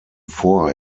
vor